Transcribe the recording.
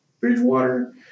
Bridgewater